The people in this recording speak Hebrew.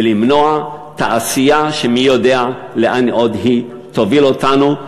ולמנוע תעשייה שמי יודע לאן עוד היא תוביל אותנו.